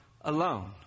alone